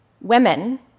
Women